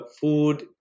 Food